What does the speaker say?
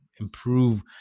improve